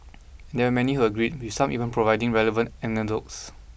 and there many who agreed with some even providing relevant anecdotes